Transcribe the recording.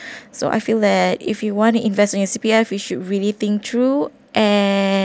so I feel that if you want to invest in your C_P_F you should really think through and